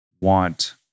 want